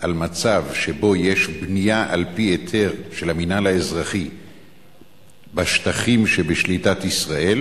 על מצב שבו יש בנייה על-פי היתר של המינהל האזרחי בשטחים שבשליטת ישראל,